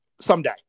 someday